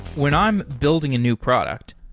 when i'm building a new product,